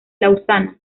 lausana